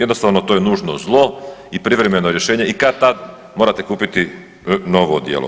Jednostavno to je nužno zlo i privremeno rješenje i kad-tad morate kupiti novo odijelo.